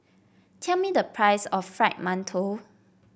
tell me the price of Fried Mantou